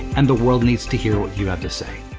and the world needs to hear what you have to say.